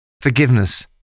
Forgiveness